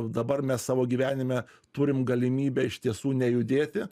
dabar mes savo gyvenime turim galimybę iš tiesų nejudėti